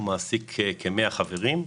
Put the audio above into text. הוא מעסיק כ-100 חברים,